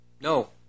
no